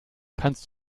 kannst